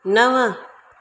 नव